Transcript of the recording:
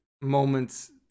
moments